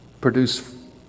produce